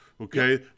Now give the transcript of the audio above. Okay